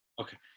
Okay